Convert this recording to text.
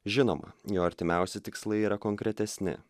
žinoma jo artimiausi tikslai yra konkretesni